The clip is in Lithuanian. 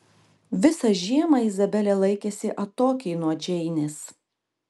visą žiemą izabelė laikėsi atokiai nuo džeinės